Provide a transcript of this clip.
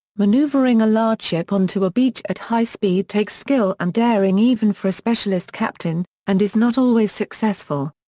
manoeuvring a large ship onto a beach at high speed takes skill and daring even for a specialist captain, and is not always successful.